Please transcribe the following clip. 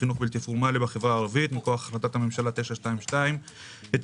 לחינוך בלתי פורמלי בחברה הערבית מכוח החלטת הממשלה 922. ג.